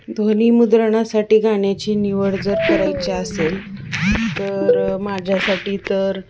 ध्वनी मुद्रणासाठी गाण्याची निवड जर करायची असेल तर माझ्यासाठी तर